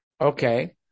Okay